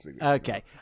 Okay